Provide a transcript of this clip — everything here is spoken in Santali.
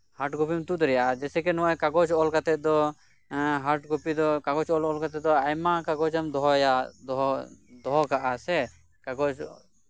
ᱦᱟᱨᱰ ᱠᱚᱯᱤᱧ ᱛᱩᱫ ᱫᱟᱲᱮᱭᱟᱜᱼᱟ ᱡᱮᱭᱥᱮ ᱠᱤ ᱱᱚᱣᱟ ᱠᱟᱜᱚᱡᱽ ᱚᱞ ᱠᱟᱛᱮ ᱫᱚ ᱮᱸᱜ ᱦᱟᱰ ᱠᱚᱯᱤ ᱫᱚ ᱠᱟᱜᱚᱡᱽ ᱚᱞᱼᱚᱞ ᱠᱟᱛᱮ ᱫᱚ ᱟᱭᱢᱟ ᱠᱟᱜᱚᱡᱽ ᱮᱢ ᱫᱚᱦᱚᱭᱟ ᱫᱚᱦᱚ ᱠᱟᱜᱼᱟ ᱥᱮ ᱠᱟᱜᱚᱡᱽ